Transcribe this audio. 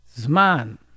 Zman